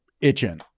itching